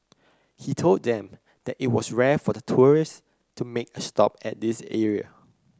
he told them that it was rare for tourists to make a stop at this area